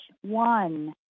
one